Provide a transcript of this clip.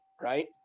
right